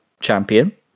champion